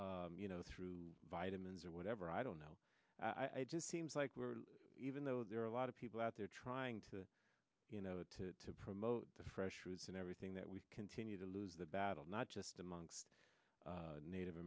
diet you know through vitamins or whatever i don't know i just seems like we're even though there are a lot of people out there trying to you know to promote the fresh fruits and everything that we continue to lose the battle not just among native